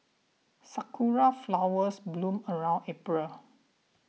sakura flowers bloom around April